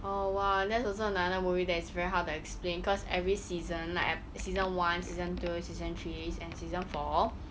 oh !wah! that's also another movie that is very hard to explain cause every season like season one season two season three and season four